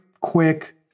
quick